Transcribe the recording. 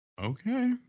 Okay